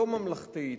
לא ממלכתית.